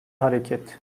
hareket